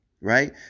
right